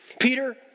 Peter